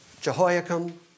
Jehoiakim